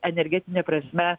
energetine prasme